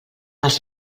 els